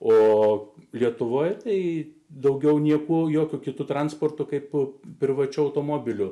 o lietuvoje tai daugiau niekuo jokiu kitu transportu kaip privačiu automobiliu